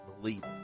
believe